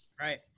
Right